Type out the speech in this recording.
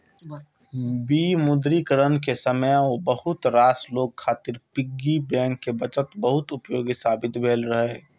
विमुद्रीकरण के समय बहुत रास लोग खातिर पिग्गी बैंक के बचत बहुत उपयोगी साबित भेल रहै